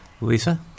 Lisa